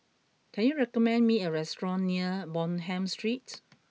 can you recommend me a restaurant near Bonham Street